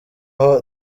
aho